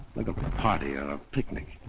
like a party or a picnic.